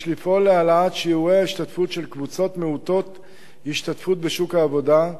יש לפעול להעלאת שיעורי ההשתתפות של קבוצות מעוטות השתתפות בשוק העבודה,